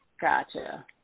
Gotcha